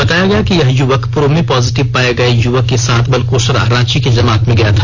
बताया गया कि यह युवक पूर्व में पॉजिटिव पाए गए युवक के साथ बलसोकरा रांची की जमात में गया था